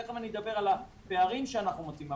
תיכף אני אדבר על הפערים שאנחנו מוצאים,